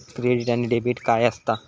Credit आणि debit काय असता?